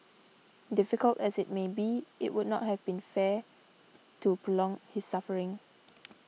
difficult as it may be it would not have been fair to prolong his suffering